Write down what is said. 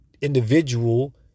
individual